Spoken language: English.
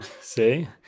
See